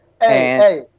Hey